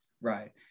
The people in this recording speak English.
Right